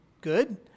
Good